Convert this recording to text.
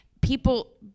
people